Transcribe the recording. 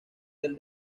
del